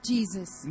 Jesus